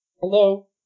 Hello